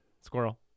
Squirrel